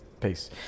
peace